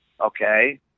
okay